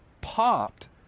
popped